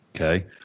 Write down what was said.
okay